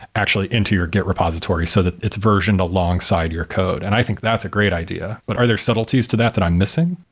actually into your git repository so that it's versioned alongside your code. and i think that's a great idea. but are there subtleties to that that i'm missing?